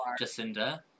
Jacinda